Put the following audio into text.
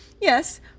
Yes